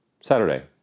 Saturday